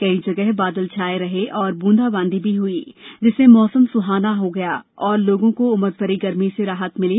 कई जगह बादल छाये रहे और बूंदा बांदी भी हुई जिससे मौसम सुहाना हो गया और लोगों को उमस भरी गर्मी से राहत मिली